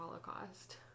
holocaust